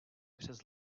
přes